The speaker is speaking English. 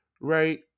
right